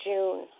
June